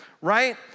right